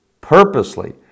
purposely